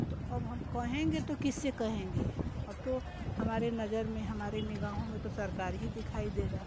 तो अब कहेंगे तो किससे कहेंगे अब तो हमारे नज़र में हमारे निगाहों में तो सरकार ही दिखाई देगा